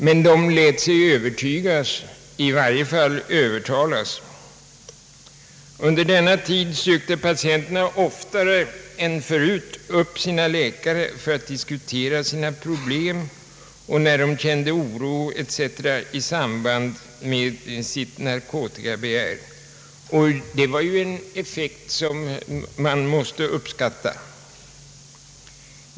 Men de lät sig övertygas — i varje fall övertalas. Under denna tid sökte patienterna oftare än förut upp sina läkare för att diskutera sina problem och när de kände oro etc. i samband med sitt narkotikabegär, och det var ju en effekt som man måste uppskatta.